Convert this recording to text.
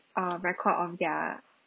err record of their